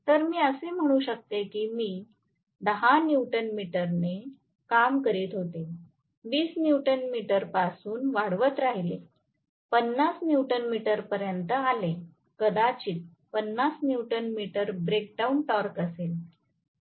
तर मी असे म्हणू शकते की मी 10 न्यूटन मीटर ने काम करीत होते 20 न्यूटन मीटर पासून वाढवत राहिले 50 न्यूटन मीटर पर्यंत आलेकदाचित 50 newton metre break down torque असेल